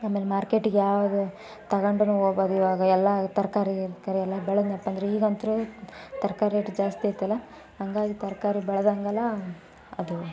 ಆಮೇಲೆ ಮಾರ್ಕೆಟಿಗೆ ಯಾವುದು ತಗೊಂಡೂನು ಹೋಗ್ಬೋದು ಇವಾಗ ಎಲ್ಲ ತರಕಾರಿ ಗಿರ್ಕಾರಿ ಎಲ್ಲ ಬೆಳೆದೆನಪ್ಪ ಅಂದ್ರೆ ಈಗಂತೂ ತರಕಾರಿ ರೇಟ್ ಜಾಸ್ತಿ ಇತ್ತಲ್ಲ ಹಾಗಾಗಿ ತರಕಾರಿ ಬೆಳ್ದಂಗೆಲ್ಲ ಅದು